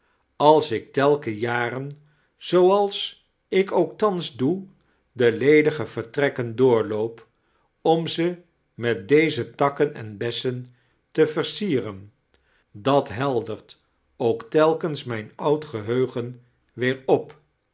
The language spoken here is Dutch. als ik telken jare zooals ik ook thans doe de ledige vertrekken door loop om ze met deze takken en besisen te ve rsiiferen dan heldert ook telkens mijn orad geheugen weer op